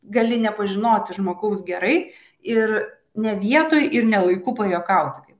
gali nepažinoti žmogaus gerai ir ne vietoj ir ne laiku pajuokauti kaip